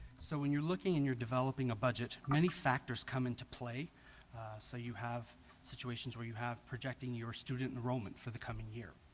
so when you're looking and you're developing a budget many factors come into play so you have situations where you have projecting your student enrollment for the coming year?